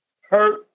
hurt